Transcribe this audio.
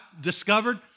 discovered